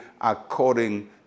according